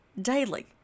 daily